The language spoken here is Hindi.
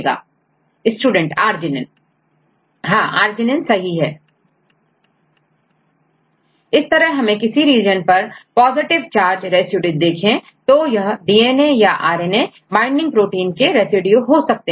Student Arginine student arginine iysine इस तरह हमें किसी रीजन पर पॉजिटिव चार्ज रेसिड्यू देखें तो यह डीएनए या R N A binding protein के रेसिड्यू हो सकते हैं